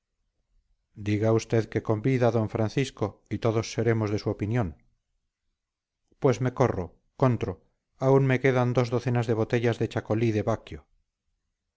diga usted que convida d francisco y todos seremos de su opinión pues me corro contro aún me quedan dos docenas de botellas de chacolí de baquio